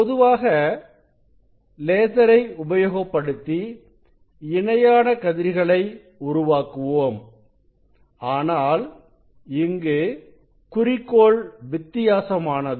பொதுவாக லேசரை உபயோகப்படுத்தி இணையான கதிர்களை உருவாக்குவோம் ஆனால் இங்கு குறிக்கோள் வித்தியாசமானது